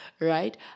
right